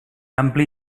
ampli